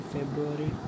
February